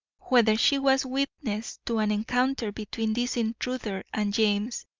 whether she was witness to an encounter between this intruder and james,